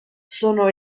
sono